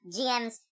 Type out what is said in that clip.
gms